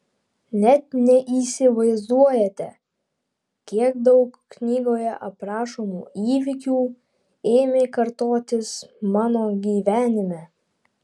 net neįsivaizduojate kiek daug knygoje aprašomų įvykių ėmė kartotis mano gyvenime